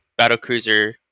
battlecruiser